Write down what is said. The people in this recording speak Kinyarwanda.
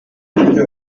rob